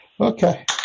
okay